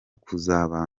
kubanza